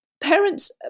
Parents